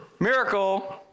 Miracle